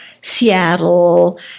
Seattle